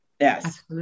Yes